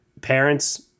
parents